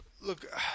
look